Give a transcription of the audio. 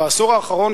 בעשור האחרון,